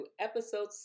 Episode